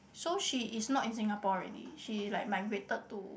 so she is not in Singapore already she like migrated to